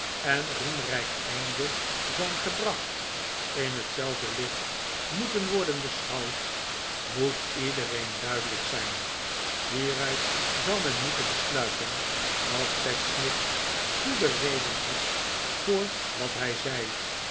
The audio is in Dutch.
en rqemrijk einde zijn geb'racht in hetzelfde licht moeten worden taeschouwd moet iedereen duidelijk zijn hieruit zou men moeten besluiten dat pecksniff goede reden had voor wat hij zei